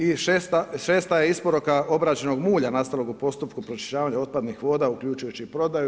I šesta je isporuka obrađenog mulja nastalog u postupku pročišćavanja otpadnih voda, uključujući i prodaju.